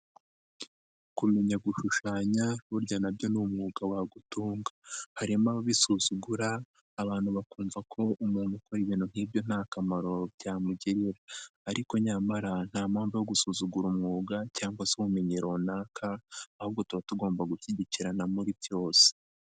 Kumenya gushushanya burya na byo ni umwuga wagutunga, harimo ababisuzugura abantu bakumva ko umuntu ukora ibintu nk'ibyo nta kamaro byamugirira, ariko nyamara nta mpamvu yo gusuzugura umwuga cyangwa se ubumenyi runaka, ahubwo tuba tugomba gushyigikirana muri byose.